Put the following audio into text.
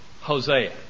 Hosea